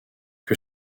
que